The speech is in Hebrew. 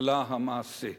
אלא המעשה".